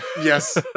yes